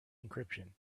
encryption